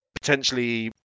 potentially